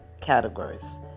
categories